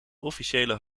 officiële